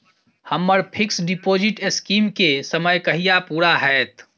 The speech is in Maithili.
हम्मर फिक्स डिपोजिट स्कीम केँ समय कहिया पूरा हैत?